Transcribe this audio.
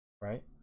right